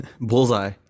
Bullseye